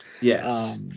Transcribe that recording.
Yes